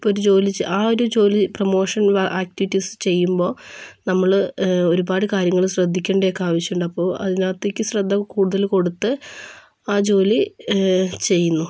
ഇപ്പോഴൊരു ജോലി ആ ഒരു ജോലി പ്രൊമോഷൻ ആക്റ്റിവിറ്റീസ് ചെയ്യുമ്പോൾ നമ്മൾ ഒരുപാട് കാര്യങ്ങൾ ശ്രദ്ധിക്കേണ്ടയൊക്കെ ആവശ്യമുണ്ട് അപ്പോൾ അതിനകത്തേയ്ക്ക് ശ്രദ്ധ കൂടുതൽ കൊടുത്ത് ആ ജോലി ചെയ്യുന്നു